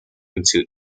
into